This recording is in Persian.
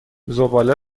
زباله